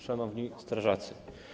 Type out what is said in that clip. Szanowni Strażacy!